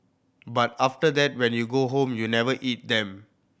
but after that when you go home you never eat them